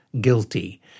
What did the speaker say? guilty